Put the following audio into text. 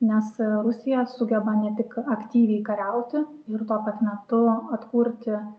nes rusija sugeba ne tik aktyviai kariauti ir tuo pat metu atkurti